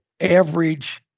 average